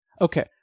okay